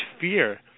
fear